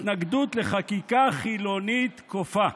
התנגדות לחקיקה חילונית כופה.